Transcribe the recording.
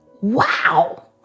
Wow